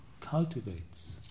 cultivates